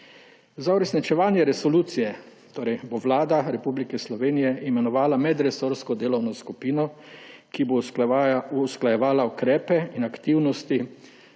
Za uresničevanje resolucije bo Vlada Republike Slovenije imenovala medresorsko delovno skupino, ki bo usklajevala ukrepe in aktivnosti,